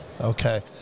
Okay